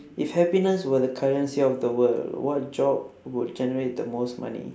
if happiness were the currency of the world what job would generate the most money